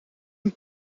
een